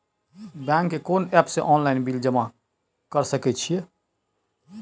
Bank के कोन app से ऑनलाइन बिल जमा कर सके छिए?